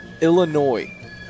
Illinois